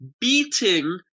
beating